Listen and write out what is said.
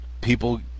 people